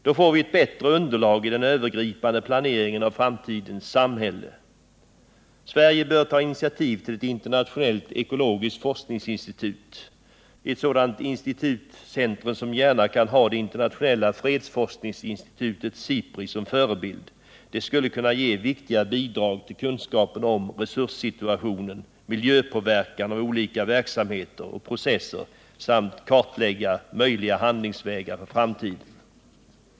Då får vi ett bättre underlag i den övergripande planeringen av framtidens samhälle. Sverige bör ta initiativ till ett internationellt ekologiskt forskningsinstitut. Ett sådant institutcentrum, som gärna kan ha det internationella fredsforskningsinstitutet SIPRI som förebild, skulle kunna ge viktiga bidrag till kunskapen om resurssituationen, miljöpåverkan av olika verksamheter och processer samt kartlägga möjliga handlingsvägar för framtiden.